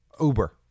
Uber